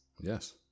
Yes